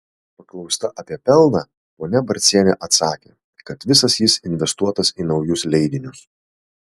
paklausta apie pelną ponia barcienė atsakė kad visas jis investuotas į naujus leidinius